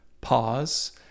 pause